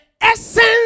essence